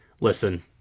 Listen